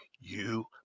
You